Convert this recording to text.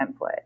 template